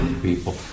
people